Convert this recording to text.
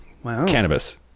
Cannabis